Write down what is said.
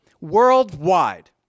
Worldwide